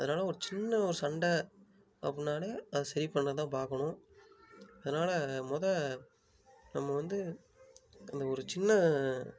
அதனால ஒரு சின்ன ஒரு சண்டை அப்படினாலே அதை சரி பண்ண தான் பார்க்கணும் அதனால முத நம்ம வந்து இந்த ஒரு சின்ன